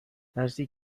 ترسی